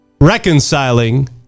reconciling